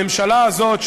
הממשלה הזאת,